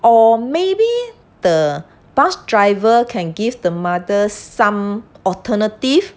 or maybe the bus driver can give the mother some alternative